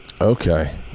Okay